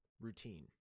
routine